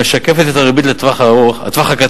המשקפת את הריבית לטווח קצר,